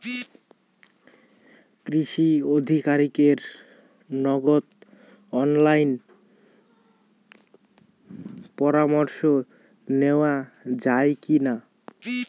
কৃষি আধিকারিকের নগদ অনলাইন পরামর্শ নেওয়া যায় কি না?